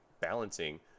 balancing